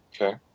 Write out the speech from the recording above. Okay